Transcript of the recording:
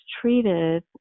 treated